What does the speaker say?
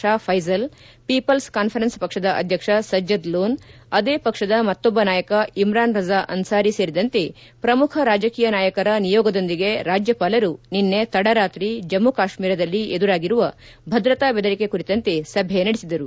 Shah Faesal people's conference ಪಕ್ಷದ ಅಧ್ಯಕ್ಷ ಸಜ್ಜದ್ ಲೋನ್ ಅದೇ ಪಕ್ಷದ ಮತ್ತೊಬ್ಬ ನಾಯಕ ಇಮ್ರಾನ್ ರಜಾ ಅನ್ಲಾರಿ ಸೇರಿದಂತೆ ಪ್ರಮುಖ ರಾಜಕೀಯ ನಾಯಕರ ನಿಯೋಗದೊಂದಿಗೆ ರಾಜ್ಯಪಾಲರು ನಿನ್ನೆ ತಡರಾತ್ರಿ ಜಮ್ಮ ಕಾಶ್ಮೀರದಲ್ಲಿ ಎದುರಾಗಿರುವ ಭದ್ರತಾ ಬೆದರಿಕೆ ಕುರಿತಂತೆ ಸಭೆ ನಡೆಸಿದರು